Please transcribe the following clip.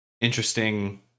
interesting